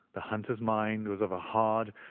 the hunter's mind was of a hard,